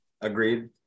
Agreed